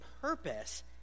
purpose